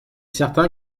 certain